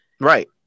Right